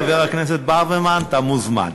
חבר הכנסת ברוורמן, אתה מוזמן.